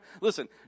listen